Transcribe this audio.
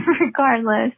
regardless